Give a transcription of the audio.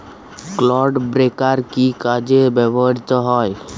Clod breaker কি কাজে ব্যবহৃত হয়?